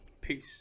Peace